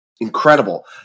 incredible